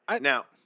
Now